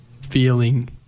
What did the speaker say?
feeling